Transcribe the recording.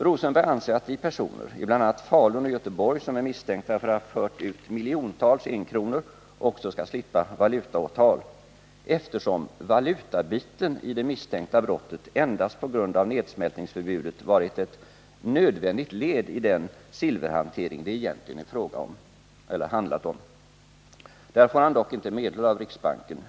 Rosenberg anser att de personer i bl.a. Falun och Göteborg som är misstänkta att ha fört ut miljontals enkronor också skall slippa valutaåtal, eftersom valutabiten i det misstänkta brottet endast p. g. a. nedsmältningsförbudet varit ett nödvändigt led i den silverhantering det egentligen handlar om. Där får han dock inte medhåll av riksbanken.